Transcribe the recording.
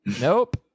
Nope